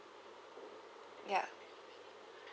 ya